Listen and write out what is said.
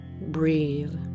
Breathe